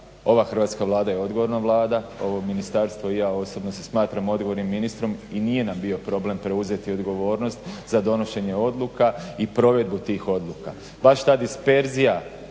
ova hrvatska Vlada je odgovorna Vlada. Ovo ministarstvo i ja osobno se smatram odgovornim ministrom i nije nam bio problem preuzeti odgovornost za donošenje odluka i provedbu tih odluka. Baš ta disperzija